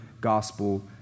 gospel